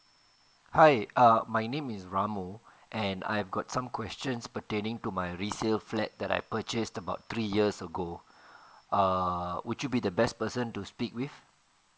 hi uh my name is ramu and I've got some questions pertaining to my resale flat that I purchased about three years ago uh would you be the best person to speak with